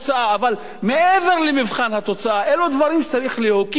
אבל מעבר למבחן התוצאה אלו דברים שצריך להוקיע אותם,